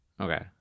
Okay